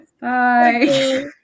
Bye